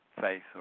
faith